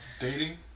Dating